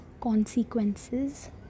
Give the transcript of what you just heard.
consequences